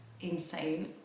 insane